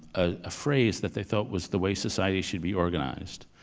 ah ah phrase that they thought was the way society should be organized.